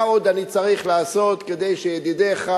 מה עוד אני צריך לעשות כדי שידידיך,